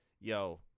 Yo